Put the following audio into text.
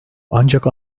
ancak